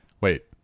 Wait